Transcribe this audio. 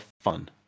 fun